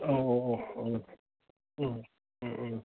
अ'